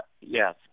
yes